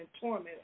torment